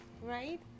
right